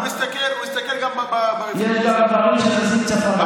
יש גם דברים שזזים צפונה.